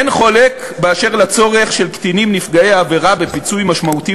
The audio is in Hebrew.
אין חולק באשר לצורך של קטינים נפגעי עבירה בפיצוי משמעותי